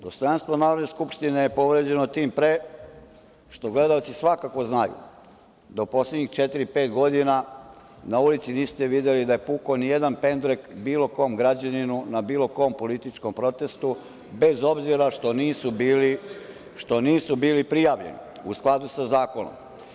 Dostojanstvo Narodne skupštine je povređeno tim pre što gledaoci svakako znaju da u poslednjih četiri, pet godina na ulici niste videli da je puko i jedan pendrek bilo kom građaninu, na bilo kom političkom protestu, bez obzira što nisu bili prijavljeni u skladu sa zakonom.